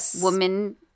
woman